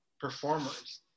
performers